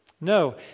No